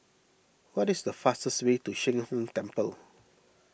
what is the fastest way to Sheng Hong Temple